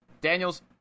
Daniels